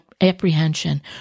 apprehension